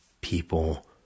people